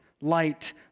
light